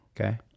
Okay